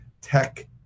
tech